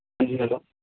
ਹਾਂਜੀ ਹੈਲੋ